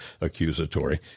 accusatory